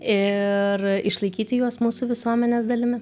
ir išlaikyti juos mūsų visuomenės dalimi